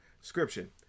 description